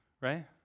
right